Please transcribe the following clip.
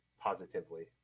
positively